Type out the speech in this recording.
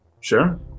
Sure